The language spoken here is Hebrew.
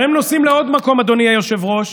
הם נוסעים לעוד מקום, אדוני היושב-ראש,